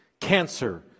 cancer